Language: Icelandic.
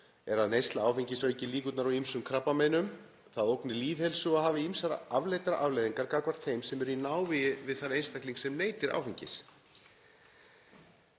er að neysla áfengis auki líkurnar á ýmsum krabbameinum, það ógni lýðheilsu og hafi ýmsar afleiddar afleiðingar gagnvart þeim sem eru í návígi við þann einstakling sem neytir áfengis.